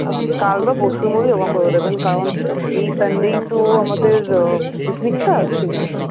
কাল বা পরশুর মধ্যে জমা করে দেবেন কারণ এই সানডেই তো আমাদের পিকনিকটা সেই জন্য